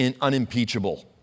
unimpeachable